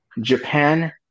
Japan